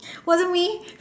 was it me